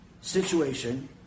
situation